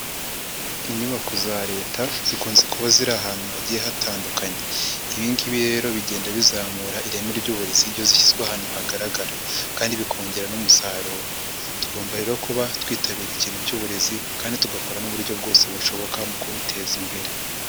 Inyubako za Leta zikunze kuba ziri ahantu hagiye hatandukanye. Ibi ngibi rero bigenda bizamura ireme ry'uburezi iyo zishyizwe ahantu hagaragara kandi bikongera n'umusaruro. Tugomba rero kuba twitabira ikintu cy'uburezi kandi tugakora n'uburyo bwose bushoboka mu kubuteza imbere.